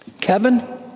Kevin